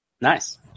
Nice